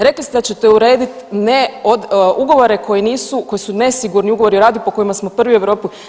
Rekli ste da ćete urediti ne, ugovore koji nisu, koji su nesigurni ugovori o radu, po kojima smo prvi u Europi.